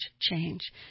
change